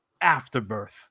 afterbirth